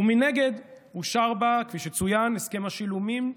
ומנגד אושר בה, כפי שצוין, הסכם השילומים,